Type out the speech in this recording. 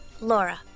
Laura